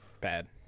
Bad